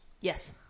Yes